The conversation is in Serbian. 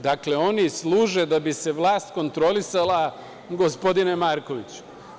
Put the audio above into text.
Dakle, oni služe da bi se vlast kontrolisala, gospodine Markoviću.